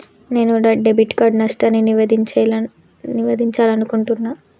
నేను నా debit card నష్టాన్ని నివేదించాలనుకుంటున్నా